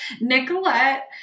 Nicolette